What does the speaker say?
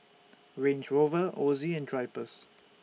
Range Rover Ozi and Drypers